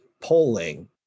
polling